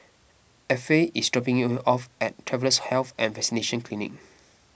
Effie is dropping me off at Travellers' Health and Vaccination Clinic